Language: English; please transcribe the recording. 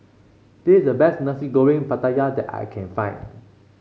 this is the best Nasi Goreng Pattaya that I can find